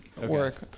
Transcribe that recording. Work